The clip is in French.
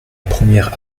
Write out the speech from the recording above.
première